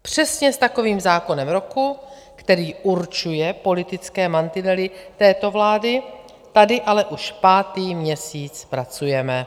Přesně s takovým zákonem roku, který určuje politické mantinely této vlády, tady ale už pátý měsíc pracujeme.